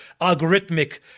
algorithmic